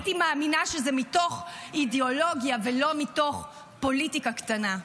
הייתי מאמינה שזה מתוך אידיאולוגיה ולא מתוך פוליטיקה קטנה.